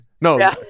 no